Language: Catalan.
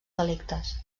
delictes